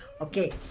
Okay